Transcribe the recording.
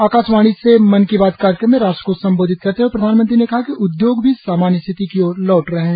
आकाशवाणी से मन की बात कार्यक्रम में राष्ट्र को संबोधित करते हुए प्रधानमंत्री ने कहा कि उद्योग भी सामान्य स्थिति की ओर लौट रहे हैं